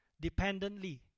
dependently